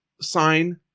sign